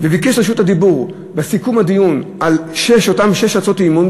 וביקש רשות הדיבור בסיכום הדיון על אותן שש הצעות אי-אמון,